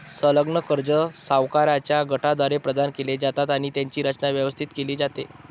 संलग्न कर्जे सावकारांच्या गटाद्वारे प्रदान केली जातात आणि त्यांची रचना, व्यवस्था केली जाते